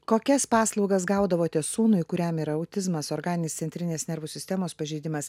kokias paslaugas gaudavote sūnui kuriam yra autizmas organinis centrinės nervų sistemos pažeidimas